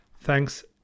Thanks